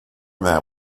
mat